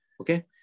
Okay